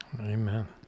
Amen